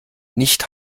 nicht